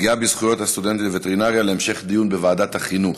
הפגיעה בזכויות הסטודנטים לווטרינריה להמשך דיון בוועדת החינוך.